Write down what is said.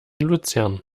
luzern